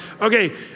Okay